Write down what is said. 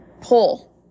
pull